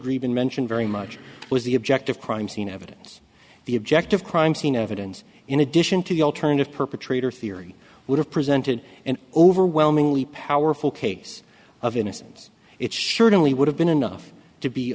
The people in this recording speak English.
grieve in mention very much was the object of crime scene evidence the objective crime scene evidence in addition to the alternative perpetrator theory would have presented an overwhelmingly powerful case of innocence it's certainly would have been enough to be